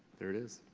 there it is.